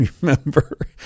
remember